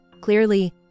Clearly